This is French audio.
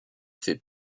fait